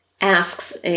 asks